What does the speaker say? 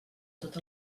tot